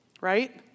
Right